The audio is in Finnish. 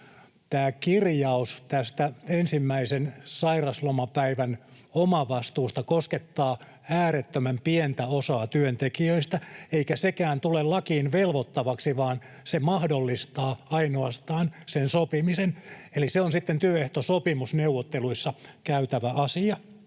kirjaus tästä ensimmäisen sairauslomapäivän omavastuusta koskettaa äärettömän pientä osaa työntekijöistä, eikä sekään tule lakiin velvoittavaksi, vaan se ainoastaan mahdollistaa sen sopimisen, eli se on sitten työehtosopimusneuvotteluissa käytävä asia.